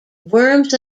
worms